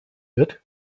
wird